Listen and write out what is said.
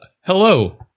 hello